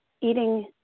eating